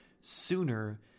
sooner